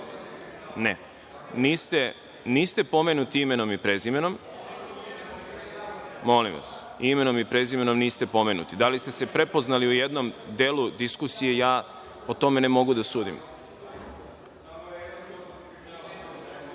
Imenom.)Niste pomenuti imenom i prezimenom. Molim vas, imenom i prezimenom niste pomenuti. Da li ste se prepoznali u jednom delu diskusije, o tome ne mogu da sudim.(Saša